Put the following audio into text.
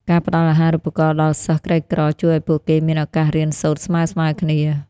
ការផ្ដល់អាហារូបករណ៍ដល់សិស្សក្រីក្រជួយឱ្យពួកគេមានឱកាសរៀនសូត្រស្មើៗគ្នា។